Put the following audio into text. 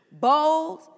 Bold